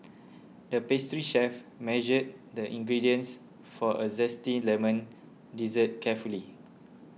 the pastry chef measured the ingredients for a Zesty Lemon Dessert carefully